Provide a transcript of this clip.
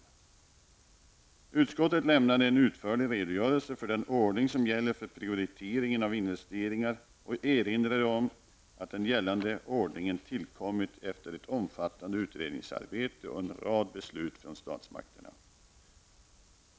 Utskottet lämnade en utförlig redogörelse för den ordning som gäller för prioriteringen av investeringar och erinrade om att den gällande ordningen tillkommit efter ett omfattande utredningsarbete och en rad beslut från statsmakterna.